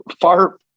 far